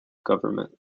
government